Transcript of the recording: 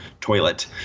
toilet